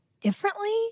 differently